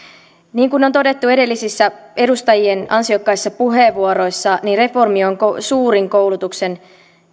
niin kuin on todettu edellisissä edustajien ansiokkaissa puheenvuoroissa reformi on suurin koulutuksen